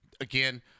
Again